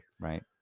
right